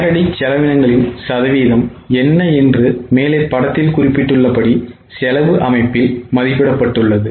நேரடி செலவினங்களின் சதவீதம் என்ன என்று மேலே படத்தில் குறிப்பிட்டுள்ளபடி செலவு அமைப்பில் மதிப்பிடப்பட்டுள்ளது